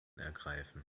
ergreifen